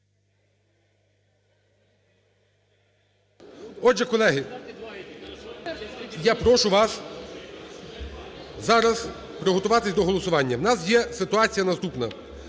Отже, колеги, я прошу вас зараз приготуватись до голосування. У нас є ситуація наступна,